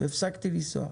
והפסקתי לנסוע.